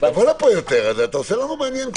תבוא לפה יותר, אתה עושה לנו מעניין קצת.